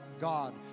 God